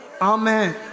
Amen